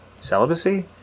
Celibacy